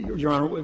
your honor,